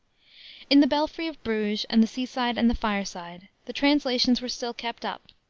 in the belfry of bruges and the seaside and the fireside, the translations were still kept up,